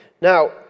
Now